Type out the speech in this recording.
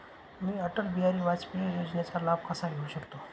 मी अटल बिहारी वाजपेयी योजनेचा लाभ कसा घेऊ शकते?